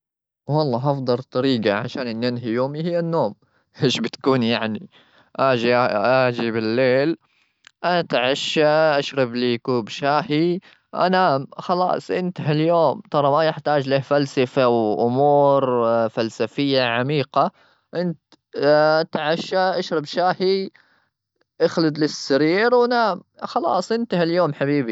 والله أفضل طريقة عشان أني أنهي يومي هي النوم. إيش بتكون يعني؟ أجي-أجي بالليل، أتعشى، أشرب لي كوب شاهي. أنام، خلاص انتهى اليوم. ترى ما يحتاج له فلسفة وأمور. فلسفية عميقة، أنت تعشى، أشرب شاهي، أخلد للسرير، ونام. خلاص انتهى اليوم حبيبي.